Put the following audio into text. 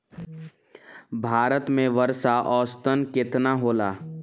भारत में वर्षा औसतन केतना होला?